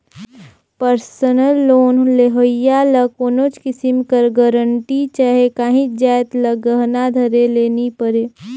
personal loan लेहोइया ल कोनोच किसिम कर गरंटी चहे काहींच जाएत ल गहना धरे ले नी परे